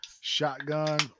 shotgun